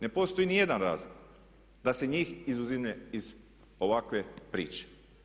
Ne postoji nijedan razlog da se njih izuzima iz ovakve priče.